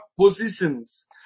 positions